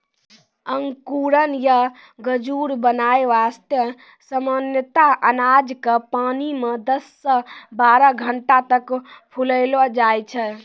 अंकुरण या गजूर बनाय वास्तॅ सामान्यतया अनाज क पानी मॅ दस सॅ बारह घंटा तक फुलैलो जाय छै